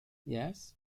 yes